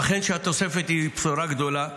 אכן, התוספת היא בשורה גדולה.